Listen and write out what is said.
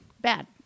Bad